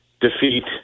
defeat